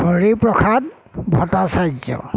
Hari Prasad Bhattacharya